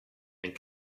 and